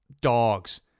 dogs